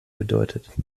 bedeutet